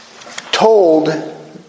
told